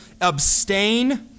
Abstain